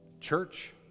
Church